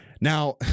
Now